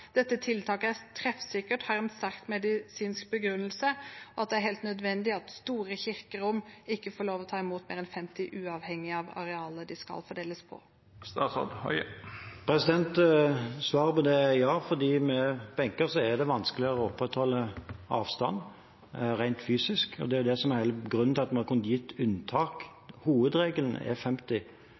dette tiltaket er treffsikkert, at det har en sterk medisinsk begrunnelse, og at det er helt nødvendig at store kirkerom ikke får lov til å ta imot mer enn 50, uavhengig av arealet de skal fordeles på. Svaret på det er ja, for med benker er det vanskeligere å opprettholde avstand rent fysisk. Det er det som er hele grunnen til at vi har kunnet gi unntak. Hovedregelen er 50.